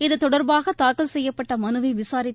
இது தொடர்பாக தாக்கல் செய்யப்பட்ட மனுவை விசாரித்த